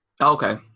Okay